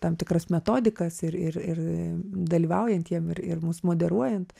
tam tikras metodikas ir ir ir dalyvaujantiem ir ir mus moderuojant